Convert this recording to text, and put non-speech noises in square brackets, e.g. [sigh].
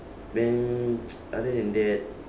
then [noise] other than that